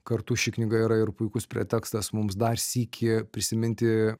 kartu ši knyga yra ir puikus pretekstas mums dar sykį prisiminti